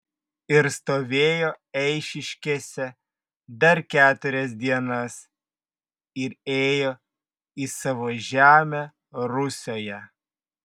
ir stovėjo eišiškėse dar keturias dienas ir ėjo į savo žemę rusioje